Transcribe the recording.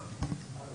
למה?